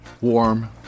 warm